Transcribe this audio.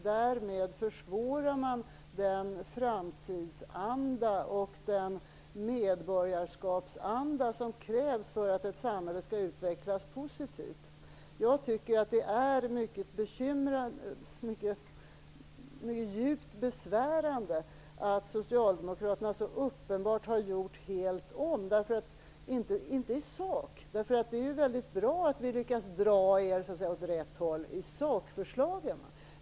Därmed försvårar man den framtidsanda och den medborgarskapsanda som krävs för att ett samhälle skall utvecklas positivt. Jag tycker att det är mycket besvärande att Socialdemokraterna så uppenbart har gjort helt om. De har inte gjort det i sak, eftersom vi har lyckats dra dem åt rätt håll i sakförslagen, vilket är bra.